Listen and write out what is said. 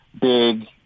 big